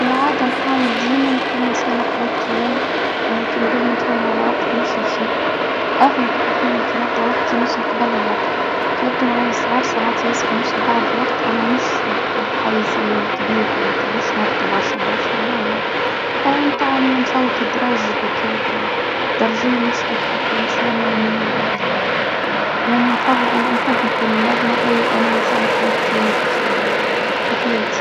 في العادة نحاول ديما نكون مشانا كي نقولو نتفاهمو على وقت نوصل فيه اغلب الأحيان كي نبدا واحد نوصل قبل الوقت. كيبدو معايا صغار ساعات ياسر نوصل بعض الوقت انا مش بحي الزمن الكبير معنتها مش نبتة برشا برشا لا لا متعم نفوت درج هيكة درجين مش اكثر انسانة يعني نفضل اني نحب نكون منظمة اي وانا انسانه بنك تيال في حياتي.